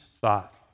thought